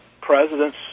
presidents